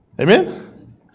Amen